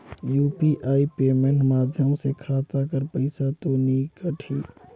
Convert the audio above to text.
UPI payment माध्यम से खाता कर पइसा तो नी कटही?